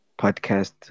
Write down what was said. podcast